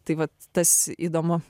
tai vat tas įdomu